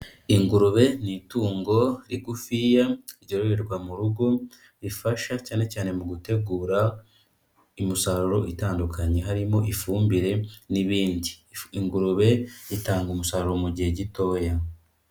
Ingurube ni itungo rigufiya ryororerwa mu rugo rifasha cyane cyane mu gutegura umusaruro utandukanye, harimo ifumbire n'ibindi ingurube itanga umusaruro mu gihe gitoya.